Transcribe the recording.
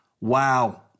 Wow